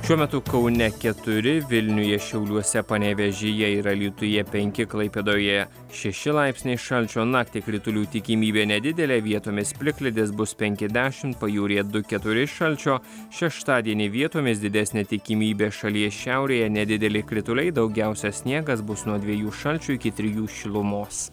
šiuo metu kaune keturi vilniuje šiauliuose panevėžyje ir alytuje penki klaipėdoje šeši laipsniai šalčio naktį kritulių tikimybė nedidelė vietomis plikledis bus penki dešimt pajūryje du keturi šalčio šeštadienį vietomis didesnė tikimybė šalies šiaurėje nedideli krituliai daugiausia sniegas bus nuo dviejų šalčio iki trijų šilumos